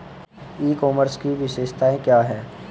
ई commerce की विशेषताएं क्या हैं?